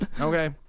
Okay